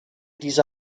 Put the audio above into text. diese